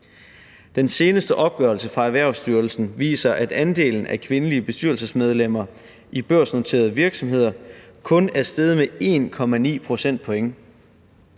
Den seneste opgørelse fra Erhvervsstyrelsen viser, at andelen af kvindelige bestyrelsesmedlemmer i børsnoterede virksomheder kun er steget med 1,9 procentpoint